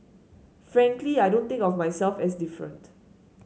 frankly I don't think of myself as different